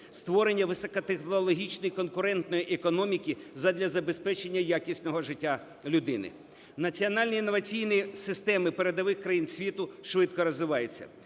створення високотехнологічної конкурентної економіки задля забезпечення якісного життя людини. Національні інноваційні системи передових країн світу швидко розвиваються.